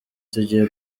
tugiye